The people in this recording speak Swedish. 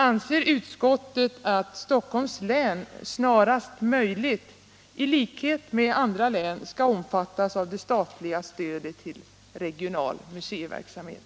Anser utskottet att Stockholms län i likhet med andra län snarast möjligt skall omfattas av det statliga stödet till regional museiverksamhet?